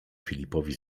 filipowi